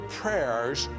prayers